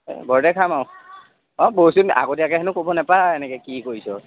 ঘৰতে খাম আৰু অঁ বহুত দিন আগতীয়াকে হেনো ক'ব নাপায় এনেকে কি কৰিছ